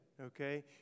okay